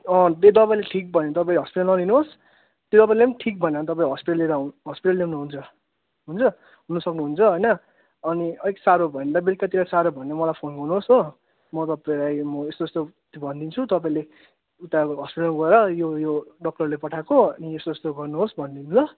त्यो दवाईले ठीक भयो भने तपाईँ हस्पिटल नल्याउनुहोस् त्यो दवाईले पनि ठिक भएन भने तपाईँ हस्पिटल लिएर आउ हस्पिटल ल्याउँदा हुन्छ हुन्छ ल्याउनु सक्नुहुन्छ होइन अनि अलिक साह्रो भयो भने त बेलुकातिर साह्रो भयो भने मलाई फोन गर्नुहोस् हो म डक्टरलाई म यस्तो यस्तो भनिदिन्छु तपाईँले उता हस्पिटल गएर यो यो डक्टरले पठाएको अनि यस्तो यस्तो गर्नुहोस् भनिदिनु ल